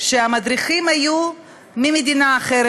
והמדריכים שם היו ממדינה אחרת,